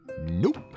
nope